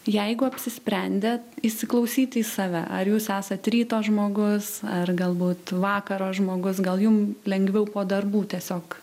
jeigu apsisprendėt įsiklausyti į save ar jūs esat ryto žmogus ar galbūt vakaro žmogus gal jum lengviau po darbų tiesiog